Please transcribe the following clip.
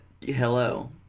Hello